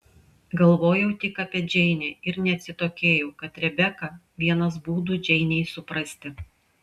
galvojau tik apie džeinę ir neatsitokėjau kad rebeka vienas būdų džeinei suprasti